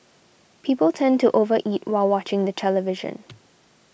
people tend to over eat while watching the television